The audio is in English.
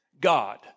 God